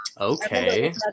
Okay